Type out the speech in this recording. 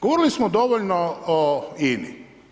Govorili smo dovoljno o INA-i.